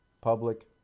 Public